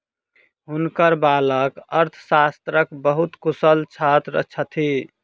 हुनकर बालक अर्थशास्त्रक बहुत कुशल छात्र छथि